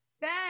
Ben